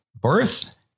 birth